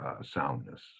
soundness